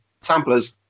samplers